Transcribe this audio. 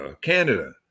Canada